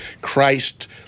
Christ